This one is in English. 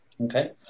Okay